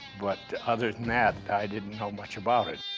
but other than that, i didn't know much about it.